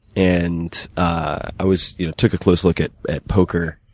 and, i was you know took a close look at at poker,